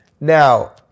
now